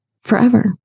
forever